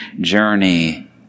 journey